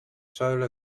solo